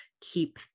keep